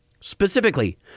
Specifically